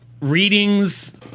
readings